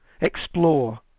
explore